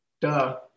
Duh